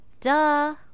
duh